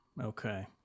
Okay